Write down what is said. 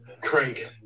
Craig